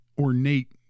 ornate